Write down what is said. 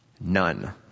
none